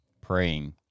praying